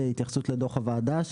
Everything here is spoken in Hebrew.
התייחסות לדוח הוועדה,